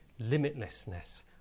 limitlessness